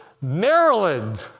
Maryland